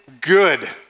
good